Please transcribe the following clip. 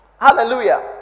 Hallelujah